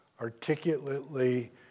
articulately